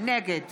נגד